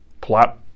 plot